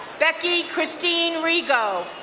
becky christine rigo,